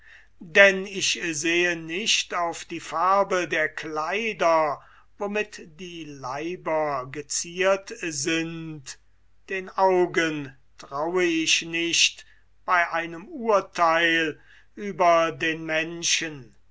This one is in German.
denn ich sehe nicht auf die farbe der kleider womit die leiber geziert sind den augen traue ich nicht über den menschen